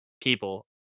people